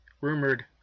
rumored